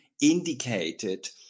indicated